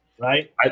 right